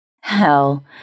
Hell